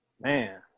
Man